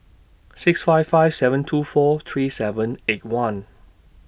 six five five seven two four three seven eight one